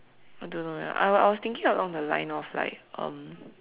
I don't know eh I I was thinking of on the line off like um